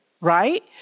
right